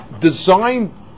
Design